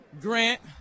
Grant